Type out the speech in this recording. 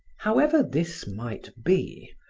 however this might be,